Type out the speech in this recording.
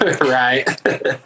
right